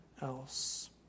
else